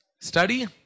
Study